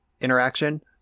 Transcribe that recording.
interaction